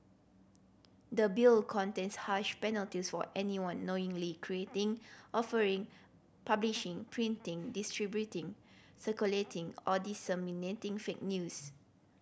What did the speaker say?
the Bill contains harsh penalties for anyone knowingly creating offering publishing printing distributing circulating or disseminating fake news